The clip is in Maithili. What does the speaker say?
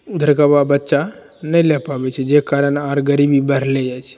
उधरके वा बच्चा नहि लए पाबै छै जाहि कारण आर गरीबी बढ़ले जाइ छै